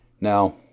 Now